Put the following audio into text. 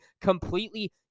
completely